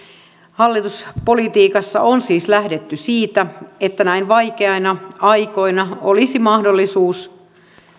hallituspolitiikassa on siis lähdetty siitä että näin vaikeina aikoina olisi mahdollisuus